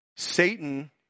Satan